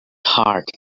heart